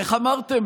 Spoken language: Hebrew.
איך אמרתם?